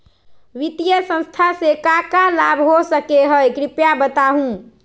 वित्तीय संस्था से का का लाभ हो सके हई कृपया बताहू?